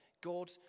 God